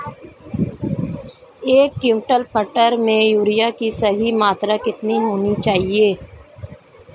एक क्विंटल मटर में यूरिया की सही मात्रा कितनी होनी चाहिए?